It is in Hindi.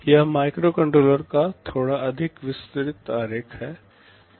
यह माइक्रोकंट्रोलर का थोड़ा अधिक विस्तृत आरेख है